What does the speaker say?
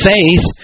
Faith